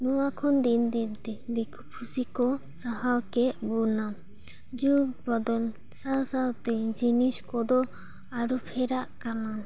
ᱱᱚᱣᱟ ᱠᱷᱚᱱ ᱫᱤᱱ ᱫᱤᱱ ᱛᱮ ᱫᱤᱠᱩ ᱯᱩᱥᱤ ᱠᱚ ᱥᱟᱦᱟ ᱠᱮᱫ ᱵᱚᱱᱟ ᱡᱩᱜᱽ ᱵᱚᱫᱚᱞ ᱥᱟᱶ ᱥᱟᱶᱛᱮ ᱡᱤᱱᱤᱥ ᱠᱚᱫᱚ ᱟᱹᱨᱩᱯᱷᱮᱨᱟᱜ ᱠᱟᱱᱟ